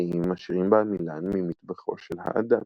צמחיים עשירים בעמילן ממטבחו של האדם.